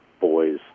boys